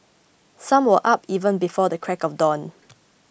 some were up even before the crack of dawn